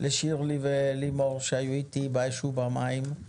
לשירלי ולימור, שהיו איתי באש ובמים.